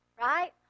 right